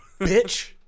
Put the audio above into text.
Bitch